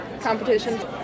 competitions